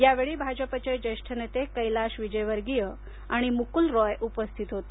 यावेळी भाजपचे ज्येष्ठ नेते कैलाश विजयवर्गीय आणि मुकुल रॉय उपस्थित होते